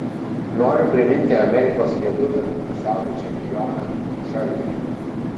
noriu priminti amerikos lietuvį pasaulio čempioną šarkį